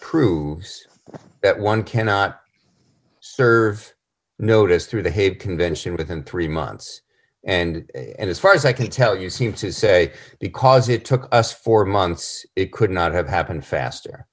that one cannot serve notice through the hague convention within three months and as far as i can tell you seem to say because it took us four months it could not have happened faster